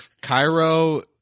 Cairo